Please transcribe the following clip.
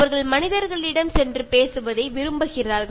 அவர்கள் மனிதர்களிடம் சென்று பேசுவதை விரும்புகிறார்கள்